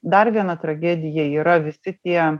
dar viena tragedija yra visi tie